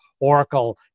Oracle